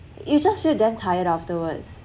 you just feel damn tired afterwards